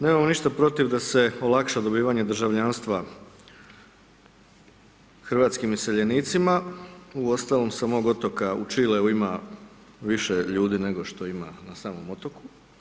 Nemamo ništa protiv da se olakša dobivanje državljanstva hrvatskim iseljenicima, uostalom sa mog otoka u Čileu ima više ljudi nego što ima na samom otoku.